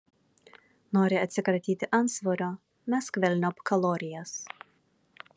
nori atsikratyti antsvorio mesk velniop kalorijas